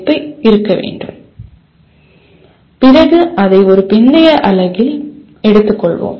வகைபிரிப்பைப் பற்றி நமக்குத் தெரிந்த பிறகு அதை ஒரு பிந்தைய அலகில் எடுத்துக்கொள்வோம்